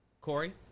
Corey